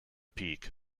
peak